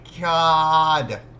God